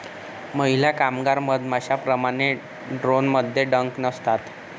महिला कामगार मधमाश्यांप्रमाणे, ड्रोनमध्ये डंक नसतात